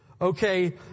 Okay